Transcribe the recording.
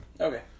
Okay